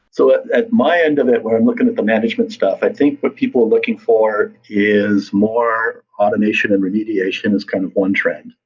so at at my end of it where i'm looking at the management stuff, i think what people are looking for is more automation and remediation is kind of one trend.